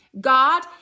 God